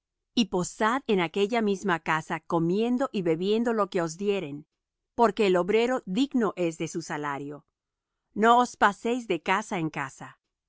y posad en aquella misma casa comiendo y bebiendo lo que os dieren porque el obrero digno es de su salario no os paséis de casa en casa